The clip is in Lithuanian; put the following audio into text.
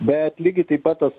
bet lygiai taip pat tas